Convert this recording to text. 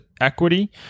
equity